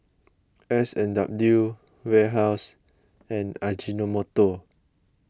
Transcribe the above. S and W Warehouse and Ajinomoto